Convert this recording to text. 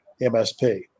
MSP